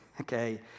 Okay